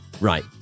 Right